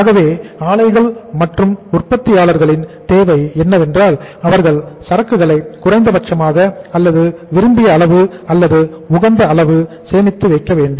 ஆகவே ஆலைகள் மற்றும் உற்பத்தியாளர்களின் தேவை என்னவென்றால் அவர்கள் சரக்குகளை குறைந்தபட்சமாக அல்லது விரும்பிய அளவு அல்லது உகந்த அளவு சேமித்து வைக்கவேண்டும்